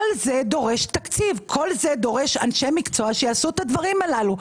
כל זה דורש תקציב ואנשי מקצוע שיעשו את הדברים הללו.